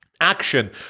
Action